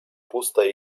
pustej